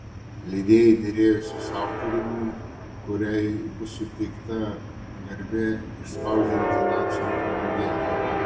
leidėjai derėjosi su autoriumi kuriai bus suteikta garbė išspausdinti nacių evangeliją